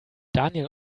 daniel